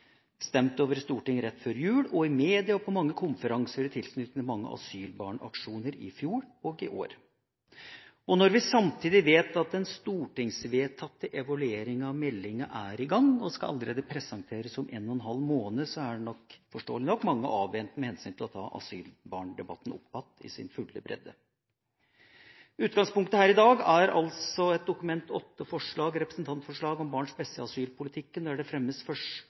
stemt over i Stortinget rett før jul, i media, på mange konferanser, og i tilknytning til mange asylbarnaksjoner i fjor og i år. Når vi samtidig vet at den stortingsvedtatte evalueringa av meldinga er i gang og skal presenteres allerede om en og en halv måned, er nok, forståelig nok, mange avventende med hensyn til å ta asylbarndebatten opp igjen i sin fulle bredde. Utgangspunktet her i dag er et Dokument 8-forslag, et representantforslag, om barns beste i asylpolitikken, der det fremmes